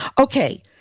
okay